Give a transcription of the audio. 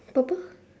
purple